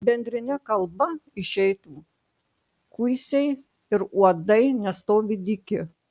bendrine kalba išeitų kuisiai ir uodai nestovi dyki